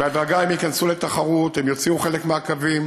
בהדרגה הם ייכנסו לתחרות, הם יוציאו חלק מהקווים